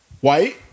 White